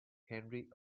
henry